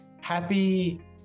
happy